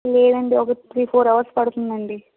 లేదండి ఒక three four hours పడుతుంది అండి